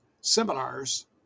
seminars